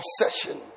obsession